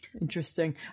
Interesting